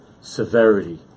severity